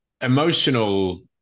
emotional